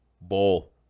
Bowl